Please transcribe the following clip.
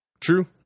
True